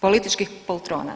Političkih poltrona.